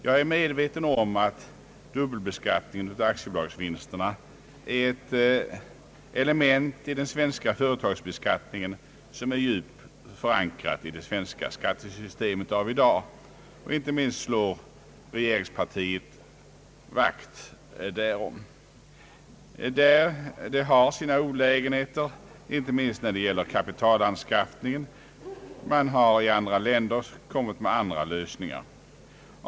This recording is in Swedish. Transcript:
Jag är medveten om att dubbelbeskattningen av aktiebolagsvinsterna är ett element i den svenska företagsbeskattningen, som är djupt förankrat i det svenska skattesystemet av i dag. Inte minst slår regeringspartiet vakt därom. Systemet har sina olägenheter, inte minst när det gäller kapitalanskaffningen. Man har i andra länder kommit med andra lösningar.